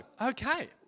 okay